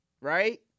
Right